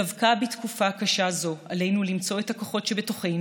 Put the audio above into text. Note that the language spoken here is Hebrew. דווקא בתקופה קשה זו עלינו למצוא את הכוחות שבתוכנו